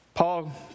Paul